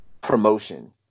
promotion